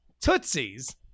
Tootsies